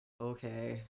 okay